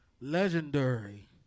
legendary